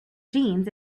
jeans